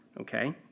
Okay